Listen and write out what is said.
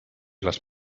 les